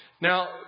Now